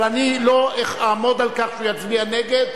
אבל אני לא אעמוד על כך שהוא יצביע נגד,